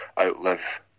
outlive